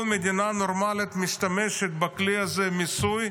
כל מדינה נורמלית משתמשת בכלי הזה, מיסוי,